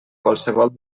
qualsevol